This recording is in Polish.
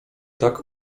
tak